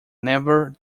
never